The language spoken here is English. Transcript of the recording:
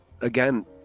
again